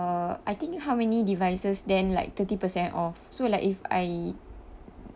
I think how many devices then like thirty percent off so like if I